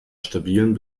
stabilen